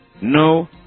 No